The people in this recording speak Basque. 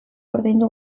ordaindu